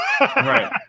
right